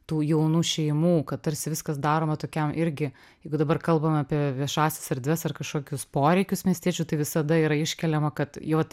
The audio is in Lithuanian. tų jaunų šeimų kad tarsi viskas daroma tokiam irgi jeigu dabar kalbam apie viešąsias erdves ar kažkokius poreikius miestiečių tai visada yra iškeliama kad jie vat